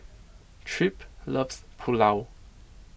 Tripp loves Pulao